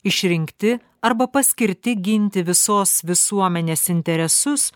išrinkti arba paskirti ginti visos visuomenės interesus